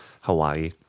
Hawaii